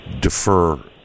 defer